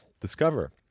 discover